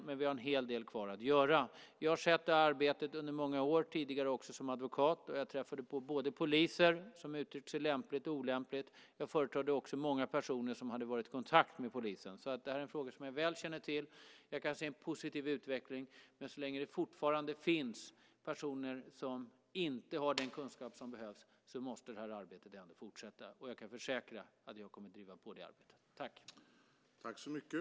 Men vi har en hel del kvar att göra. Jag har sett detta arbete under många år, tidigare också som advokat, då jag träffade på poliser som uttryckte sig lämpligt och olämpligt. Jag företrädde också många personer som hade varit i kontakt med polisen. Detta är alltså frågor som jag känner till väl. Jag kan se en positiv utveckling. Men så länge det fortfarande finns personer som inte har den kunskap som behövs måste detta arbete ändå fortsätta. Och jag kan försäkra att jag kommer att driva på det arbetet.